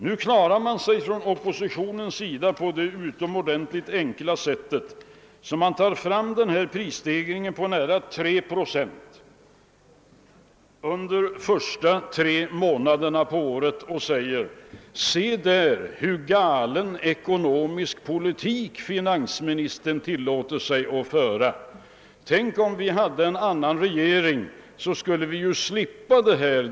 Nu klarar man sig från oppositionen på det utomordentligt enkla sättet, att man tar fram prisstegringen på nära 3 procent under de första tre månaderna på året och säger: Se där hur galen finanspolitik finansministern tillåter sig att föra! Tänk om vi hade en annan regering, så skulle vi ju slippa den prisstegringen!